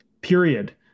period